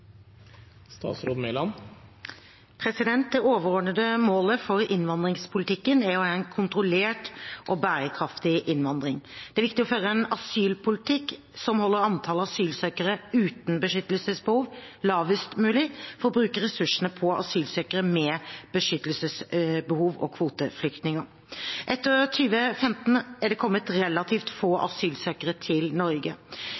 viktig å føre en asylpolitikk som holder antall asylsøkere uten beskyttelsesbehov lavest mulig, for å bruke ressursene på asylsøkere med beskyttelsesbehov og kvoteflyktninger. Etter 2015 er det kommet relativt få